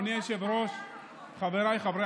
אני קובע כי הצעת החוק התקבלה ותעבור